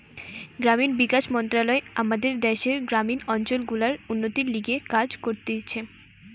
গ্রামীণ বিকাশ মন্ত্রণালয় আমাদের দ্যাশের গ্রামীণ অঞ্চল গুলার উন্নতির লিগে কাজ করতিছে